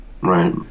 Right